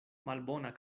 malbona